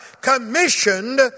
commissioned